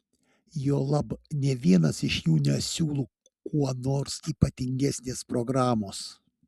juolab nė vienas iš jų nesiūlo kuo nors ypatingesnės programos